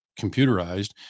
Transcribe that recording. computerized